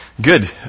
good